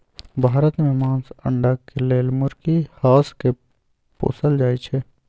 भारत में मास, अण्डा के लेल मुर्गी, हास के पोसल जाइ छइ